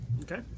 Okay